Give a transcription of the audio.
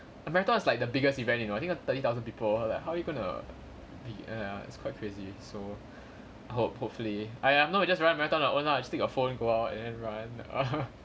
a marathon is like the biggest event you know I think thirty thousand people like how you're going to be err it's quite crazy so hope hopefully !haiya! if not we just run marathon on our own lah just take your phone go out and then run